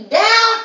down